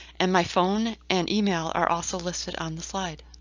and my phone and email are also listed on the slide